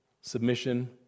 submission